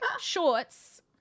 shorts